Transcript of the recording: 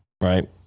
right